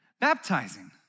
Baptizing